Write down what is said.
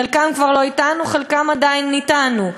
חלקם כבר לא אתנו, חלקם עדיין אתנו.